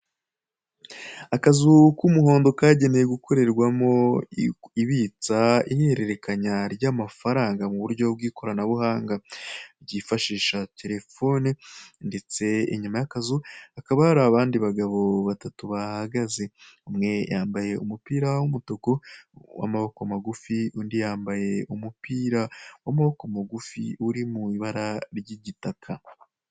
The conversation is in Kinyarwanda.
Akazu k'umuhondo kagenewe gukorerwamo ibitsa/ihererekanya ry'amafaranga muburyo bw'ikoranabuhanga. Ryifashisha telefone ndetse inyuma y'akazu hakaba hari abandi bagabo batatu bahahagaze, umwe yambaye umupira w'umutuku w'amaboko magufi undi yambaye umupira w'amaboko magufi uri mu ibara ry'igitaka.